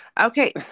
Okay